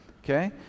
Okay